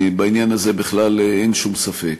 בעניין הזה בכלל אין שום ספק.